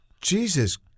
Jesus